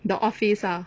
the office ah